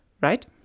right